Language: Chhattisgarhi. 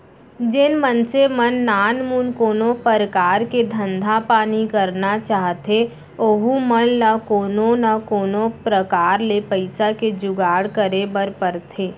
जेन मनसे मन नानमुन कोनो परकार के धंधा पानी करना चाहथें ओहू मन ल कोनो न कोनो प्रकार ले पइसा के जुगाड़ करे बर परथे